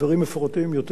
דברים מפורטים יותר,